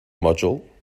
module